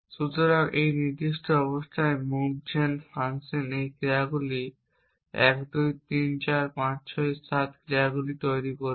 সুতরাং এই নির্দিষ্ট অবস্থায় মুভ জেন ফাংশন এই ক্রিয়াগুলি 1 2 3 4 5 6 7 ক্রিয়াগুলি তৈরি করবে